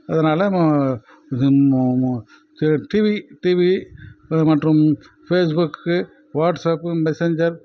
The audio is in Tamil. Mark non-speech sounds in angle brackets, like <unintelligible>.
அதனால <unintelligible> டிவி டிவி இது மற்றும் ஃபேஸ்புக்கு வாட்ஸப்பு மெஸஞ்ஜர்